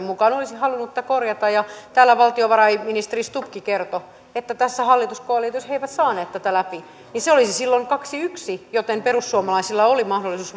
mukaan olisi halunnut tämän korjata täällä valtiovarainministeri stubbkin kertoi että tässä hallituskoalitiossa he eivät saaneet tätä läpi niin se olisi silloin kaksi viiva yksi joten perussuomalaisilla oli mahdollisuus